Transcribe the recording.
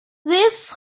this